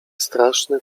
straszny